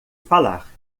falar